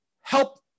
help